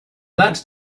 that